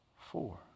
four